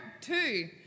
two